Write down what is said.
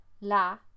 La